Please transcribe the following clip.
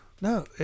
No